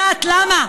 את יודעת למה?